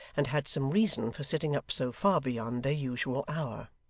and had some reason for sitting up so far beyond their usual hour.